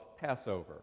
Passover